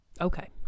Okay